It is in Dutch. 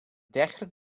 dergelijk